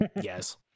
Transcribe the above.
yes